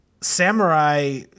Samurai